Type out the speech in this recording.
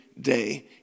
day